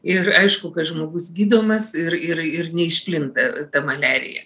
ir aišku kad žmogus gydomas ir ir ir neišplinta ta maliarija